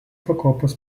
pakopos